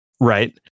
Right